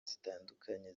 zitandukanye